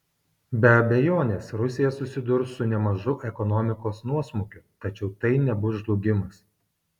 be abejonės rusija susidurs su nemažu ekonomikos nuosmukiu tačiau tai nebus žlugimas